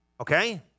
okay